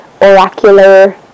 oracular